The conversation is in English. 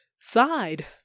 sighed